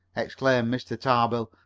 exclaimed mr. tarbill.